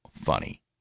funny